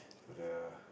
to the